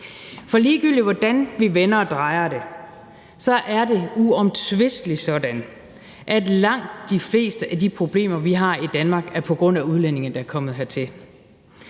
For ligegyldigt hvordan vi vender og drejer det, er det uomtvisteligt sådan, at langt de fleste af de problemer, vi har i Danmark, er her på grund af udlændinge, der er kommet hertil.